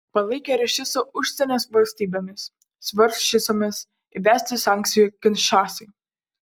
palaikė ryšius su užsienio valstybėmis svarsčiusiomis įvesti sankcijų kinšasai